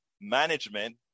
management